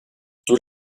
tous